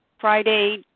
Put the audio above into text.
Friday